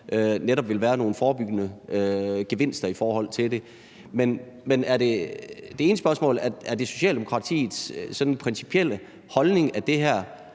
netop også vil være nogle forebyggende gevinster ved det. Men det ene spørgsmål er, om det er Socialdemokratiets principielle holdning, at det her